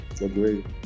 Agreed